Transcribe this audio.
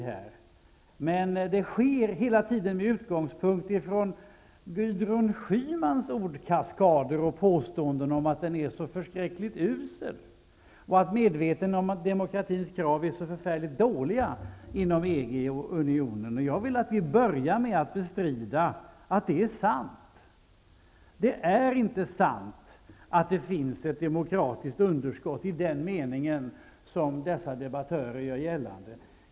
Debatten sker emellertid hela tiden med utgångspunkt i Gudrun Schymans ordkaskader och påståenden om att demokratin är förskräckligt usel och att demokratins krav inom EG och inom unionen är förfärligt dåliga. Jag vill att vi börjar med att bestrida dessa påståenden. Det är inte sant att det finns ett demokratiskt underskott i den mening som dessa debattörer vill låta göra gällande.